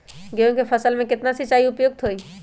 गेंहू के फसल में केतना सिंचाई उपयुक्त हाइ?